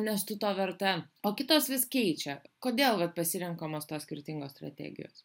nes tu to verta o kitas vis keičia kodėl vat pasirenkamos tos skirtingos strategijos